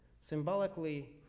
symbolically